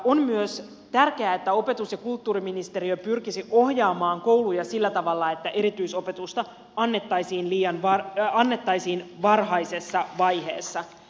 on myös tärkeää että opetus ja kulttuuriministeriö pyrkisi ohjaamaan kouluja sillä tavalla että erityisopetusta annettaisiin varhaisessa vaiheessa